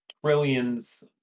trillions